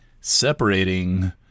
separating